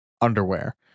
underwear